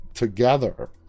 together